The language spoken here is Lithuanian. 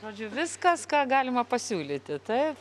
žodžiu viskas ką galima pasiūlyti taip